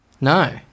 No